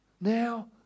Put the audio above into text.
Now